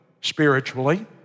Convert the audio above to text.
spiritually